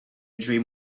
dream